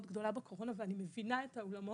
גדולה בקורונה ואני מבינה את האולמות,